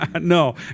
No